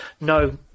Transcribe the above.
no